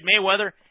Mayweather